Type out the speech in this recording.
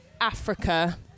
Africa